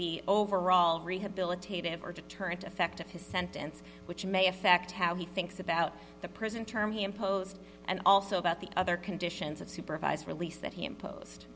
the overall rehabilitative or deterrent effect of his sentence which may affect how he thinks about the prison term he imposed and also about the other conditions of supervised release that he impos